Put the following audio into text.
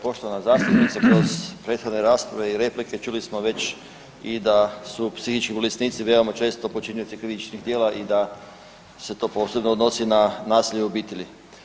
Poštovana zastupnice kroz prethodne rasprave i replike čuli smo već i da su psihički bolesnici veoma često počinitelji krivičnih djela i da se to posebno odnosi na nasilje u obitelji.